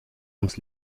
ums